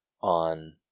on